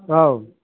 औ